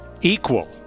equal